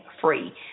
free